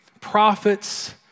prophets